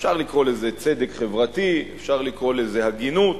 אפשר לקרוא לזה צדק חברתי, אפשר לקרוא לזה הגינות,